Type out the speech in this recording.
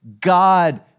God